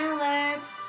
Alice